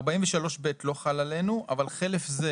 43(ב) לא חל עלינו, אבל חלף זה